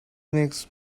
makes